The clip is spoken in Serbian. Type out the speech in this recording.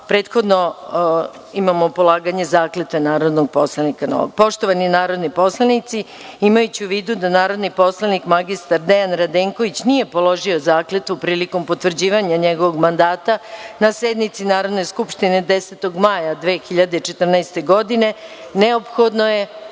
mikrofoni. Prethodno imamo polaganje zakletve narodnog poslanika. Poštovani narodni poslanici, imajući u vidu da narodni poslanik mr Dejan Radenković nije položio zakletvu prilikom potvrđivanja njegovog mandata na sednici Narodne skupštine 10. maja 2014. godine, neophodno je